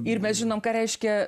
ir mes žinom ką reiškia